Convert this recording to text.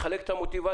לחלק את המוטיבציות.